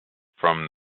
from